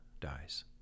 dies